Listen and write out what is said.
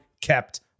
kept